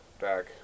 back